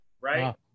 right